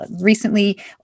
recently